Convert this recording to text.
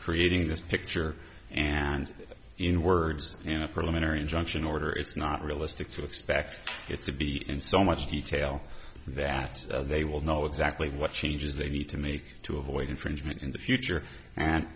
creating this picture and in words and a preliminary injunction order it's not realistic to expect it to be in so much detail that they will know exactly what changes they need to make to avoid infringement in the future and